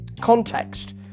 context